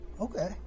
Okay